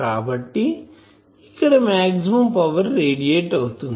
కాబట్టి ఇక్కడ maximum power radiate అవుతుంది